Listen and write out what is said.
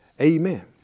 Amen